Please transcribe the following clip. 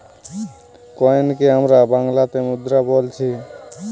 কয়েনকে আমরা বাংলাতে মুদ্রা বোলছি